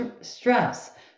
stress